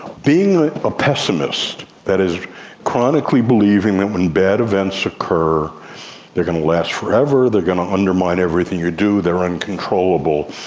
being a pessimist, that is chronically believing that when bad events occur they are going to last forever, they are going to undermine everything you do, they are uncontrollable,